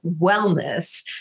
wellness